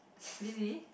really